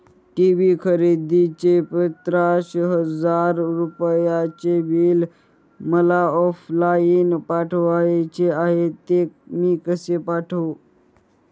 TV खरेदीचे पन्नास हजार रुपयांचे बिल मला ऑफलाईन पाठवायचे आहे, ते मी कसे पाठवू?